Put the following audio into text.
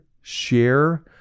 share